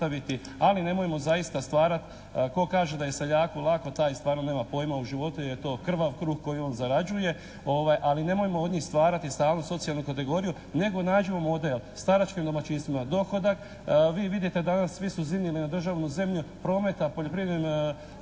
ali nemojmo zaista stvarati. Tko kaže da je seljaku lako taj stvarno nema pojma u životu jer je to krvav kruh koji on zarađuje, ali nemojmo od njih stvarati stalnu socijalnu kategoriju nego nađemo model staračkim domaćinstvima dohodak. Vi vidite danas svi su zinuli na državnu zemlju prometa, poljoprivrednim